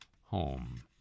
home